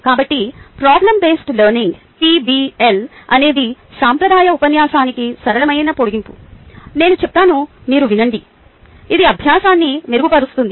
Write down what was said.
కాబట్టి problem based learning PBL అనేది సాంప్రదాయ ఉపన్యాసానికి సరళమైన పొడిగింపు నేను చెప్తాను మీరు వినండి ఇది అభ్యాసాన్ని మెరుగుపరుస్తుంది